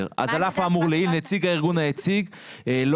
אז על אף האמור לעיל נציג הארגון היציג לא